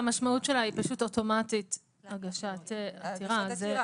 המשמעות שלה היא אוטומטית הגשת עתירה.